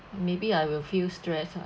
maybe I will feel stress ah